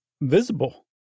visible